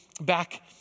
back